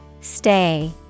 Stay